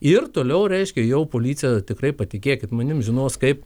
ir toliau reiškia jau policija tikrai patikėkit manim žinos kaip